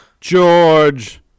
George